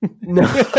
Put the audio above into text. No